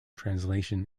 translation